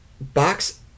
box